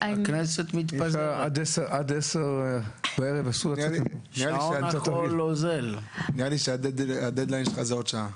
הכנסת אזולאי, בנוסח הכחול, במקור,